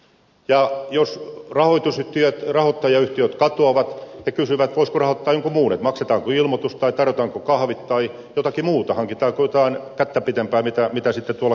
ja jos rahoittajayhtiöt katoavat kysytään voisiko rahoittaa jonkun muun maksetaanko ilmoitus tai tarjotaanko kahvit tai jotakin muuta hankitaanko jotain kättä pitempää mitä sitten tuolla kentällä jaetaan